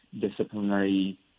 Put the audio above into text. disciplinary